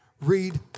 read